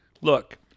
look